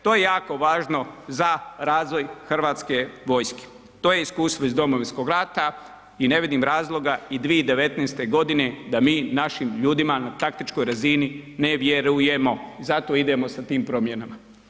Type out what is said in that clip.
To je jako važno za razvoj Hrvatske vojske, to je iskustvo iz Domovinskog rata i ne vidim razloga i 2019. godine da mi našim ljudima na taktičkoj razini ne vjerujemo i zato idemo sa tim promjenama.